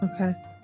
Okay